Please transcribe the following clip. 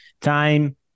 time